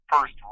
first